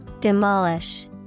Demolish